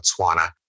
Botswana